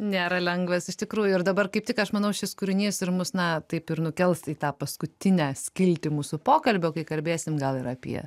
nėra lengvas iš tikrųjų ir dabar kaip tik aš manau šis kūrinys ir mus na taip ir nukels į tą paskutinę skiltį mūsų pokalbio kai kalbėsim gal ir apie